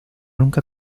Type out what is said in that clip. nunca